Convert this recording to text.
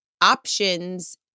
options